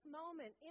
moment